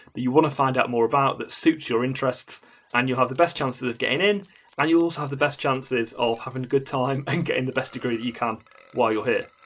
but you want to find out more about, that suits your interests and you'll have the best chances of getting in and ah you also have the best chances of having a good time and getting the best degree that you can while you're here.